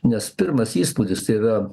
nes pirmas įspūdis tai yra